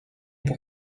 pour